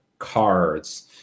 cards